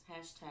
Hashtag